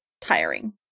tiring